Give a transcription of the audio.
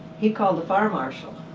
he called the fire marshal.